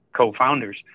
co-founders